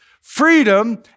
freedom